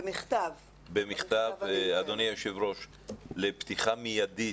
במכתב למשרד הבריאות לפתוח מידית,